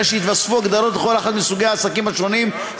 אלא יתווספו הגדרות לכל אחד מסוגי העסקים השונים,